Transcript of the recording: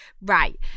right